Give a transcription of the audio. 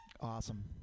Awesome